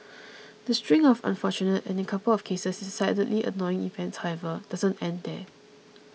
the string of unfortunate and in a couple of cases decidedly annoying events however doesn't end there